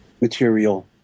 material